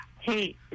Hey